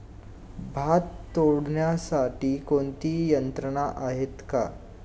भात तोडण्यासाठी कोणती यंत्रणा आहेत का?